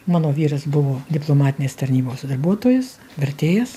mano vyras buvo diplomatinės tarnybos darbuotojas vertėjas